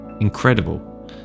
incredible